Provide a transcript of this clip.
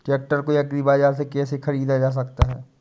Tractor को agri बाजार से कैसे ख़रीदा जा सकता हैं?